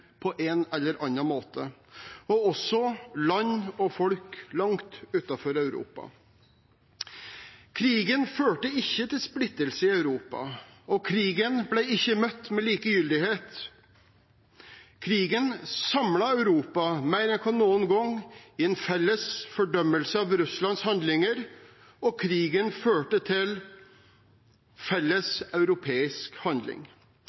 på en eller annen måte, også land og folk langt utenfor Europa. Krigen førte ikke til splittelse i Europa, og krigen ble ikke møtt med likegyldighet. Krigen samlet Europa mer enn noen gang i en felles fordømmelse av Russlands handlinger, og krigen førte til felles europeisk handling.